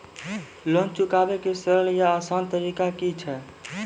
Loan चुकाबै के सरल या आसान तरीका की अछि?